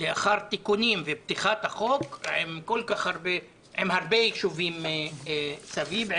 לאחר תיקונים ופתיחת החוק עם הרבה יישובים מסביב.